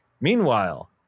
meanwhile